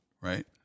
right